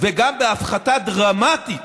וגם בהפחתה דרמטית